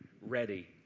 ready